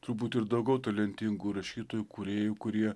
turbūt ir daugiau talentingų rašytojų kūrėjų kurie